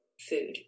food